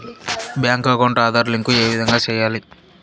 Bank account Aadhaar link ఏ విధంగా సెయ్యాలి?